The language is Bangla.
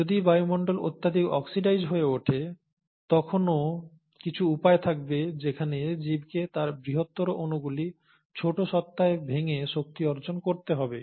যদি বায়ুমণ্ডল অত্যধিক অক্সিডাইজড হয়ে ওঠে তখনও কিছু উপায় থাকবে যেখানে জীবকে তার বৃহত্তর অণুগুলি ছোট সত্তায় ভেঙে শক্তি অর্জন করতে হবে